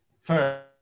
First